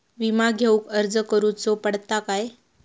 विमा घेउक अर्ज करुचो पडता काय?